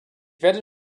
werde